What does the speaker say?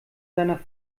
seiner